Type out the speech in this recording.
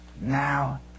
Now